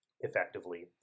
effectively